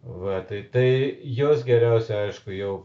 va tai tai juos geriausia aišku jau